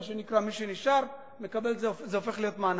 למי שנשאר זה הופך להיות מענק.